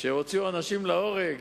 שהוציאו אנשים להורג,